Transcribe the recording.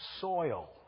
soil